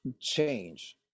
change